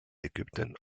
ägypten